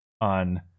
on